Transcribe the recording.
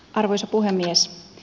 arvoisa puhemies